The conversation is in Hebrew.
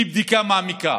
בלי בדיקה מעמיקה,